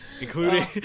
Including